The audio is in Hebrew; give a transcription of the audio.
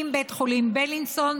עם בית החולים בילינסון,